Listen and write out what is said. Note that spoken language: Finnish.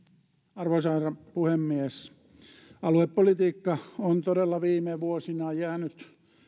arvoisa herra puhemies aluepolitiikka on todella viime vuosina jäänyt